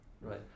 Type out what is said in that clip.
right